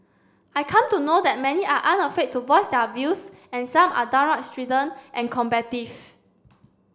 I come to know that many are unafraid to voice their views and some are downright strident and combative